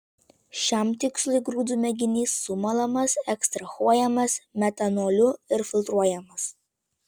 šiam tikslui grūdų mėginys sumalamas ekstrahuojamas metanoliu ir filtruojamas